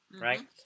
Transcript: Right